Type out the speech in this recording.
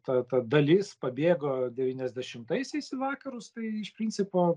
ta ta dalis pabėgo devyniasdešimtaisiais į vakarus tai iš principo